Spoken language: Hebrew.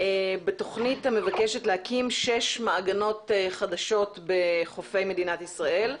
בתוכנית המבקשת להקים שש מעגנות חדשות בחופי מדינת ישראל.